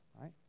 right